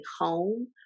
home